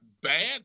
bad